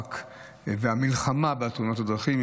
המאבק והמלחמה בתאונות הדרכים.